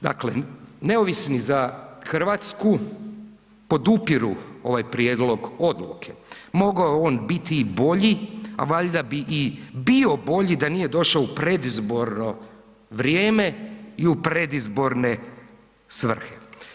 Dakle, neovisni za Hrvatsku podupiru ovaj prijedlog odluke mogao je on biti i bolji, a valjda bi i bio bolji da nije došao u predizborno vrijeme i u predizborne svrhe.